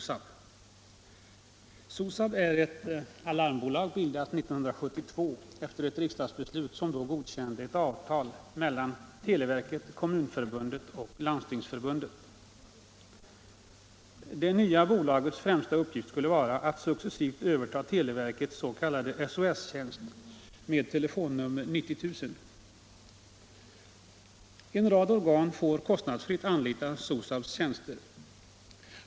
SOSAB är ett alarmeringsbolag bildat 1972 efter ett riksdagsbeslut som då godkände ett avtal mellan televerket, Kommunförbundet och Landstingsförbundet. Det nya bolagets främsta uppgift skulle vara att successivt överta televerkets s.k. SOS-tjänst med telefonnummer 90 000. En rad organ får kostnadsfritt anlita SOSAB:s tjänster.